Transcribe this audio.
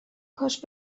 کاش